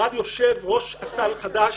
ואז יושב ראש אט"ל חדש,